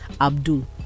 Abdul